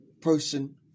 person